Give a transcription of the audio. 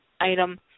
item